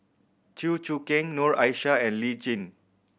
Chew Choo Keng Noor Aishah and Lee Tjin